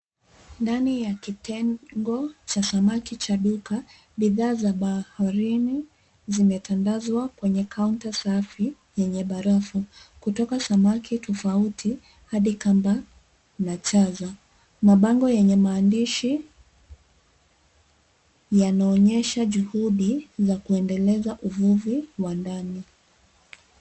Ndani ya kitengo cha samaki cha duka, bidhaa za baharini zimetandazwa kwenye counter safi yenye barafu. Kutoka samaki tofauti hadi kamba na chaza. Mabango yenye maandishi yanaonyesha juhudi za kuendeleza uvuvi wa ndani.